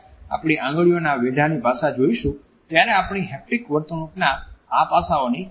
જ્યારે આપણે આંગળીના વેઢાની ભાષા જોઈશું ત્યારે આપણી હેપ્ટિક વર્તણૂકના આ પાસાઓની ફરી એક વાર ચર્ચા કરવામાં આવશે